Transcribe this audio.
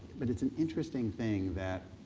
but it's an interesting thing that